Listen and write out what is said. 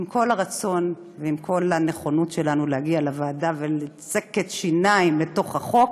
שעם כל הרצון ועם כל הנכונות שלנו להגיע לוועדה ולצקת שיניים לתוך החוק,